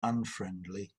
unfriendly